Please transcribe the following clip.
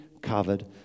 covered